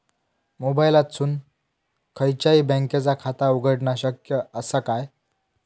मोबाईलातसून खयच्याई बँकेचा खाता उघडणा शक्य असा काय?